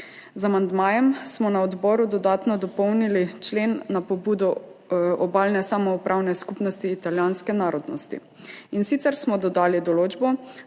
Z amandmajem smo na odboru dodatno dopolnili člen na pobudo Obalne samoupravne skupnosti italijanske narodnosti, in sicer smo dodali določbo,